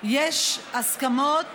יש הסכמות